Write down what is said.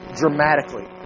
dramatically